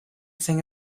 sing